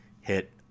hit